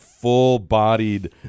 full-bodied